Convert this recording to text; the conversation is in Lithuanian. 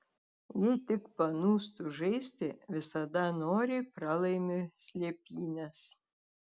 jei tik panūstu žaisti visada noriai pralaimi slėpynes